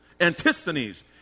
Antisthenes